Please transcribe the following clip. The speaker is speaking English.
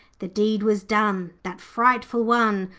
the deed was done, that frightful one,